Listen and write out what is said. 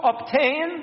obtain